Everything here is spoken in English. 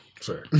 sorry